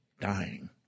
dying